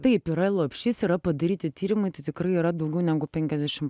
taip yra lopšys yra padaryti tyrimai tai tikrai yra daugiau negu penkiasdešim